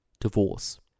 Divorce